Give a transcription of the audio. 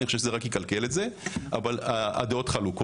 אני חושב שזה יקלקל את זה אבל הדעות חלוקות.